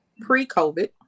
pre-COVID